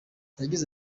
yagize